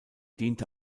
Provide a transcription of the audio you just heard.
diente